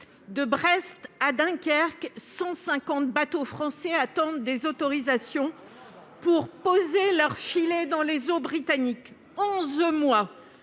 de Brest à Dunkerque, 150 bateaux français attendent les autorisations pour poser leurs filets dans les eaux britanniques, onze mois